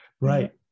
Right